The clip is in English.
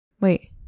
wait